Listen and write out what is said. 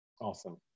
awesome